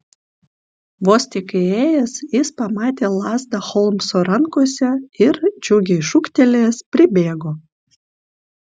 vos tik įėjęs jis pamatė lazdą holmso rankose ir džiugiai šūktelėjęs pribėgo